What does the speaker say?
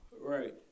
right